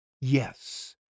Yes